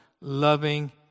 loving